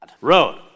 road